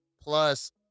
plus